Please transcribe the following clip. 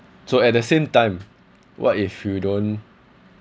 so at the same time what if you don't